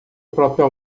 próprio